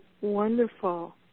wonderful